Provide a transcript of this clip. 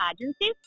agencies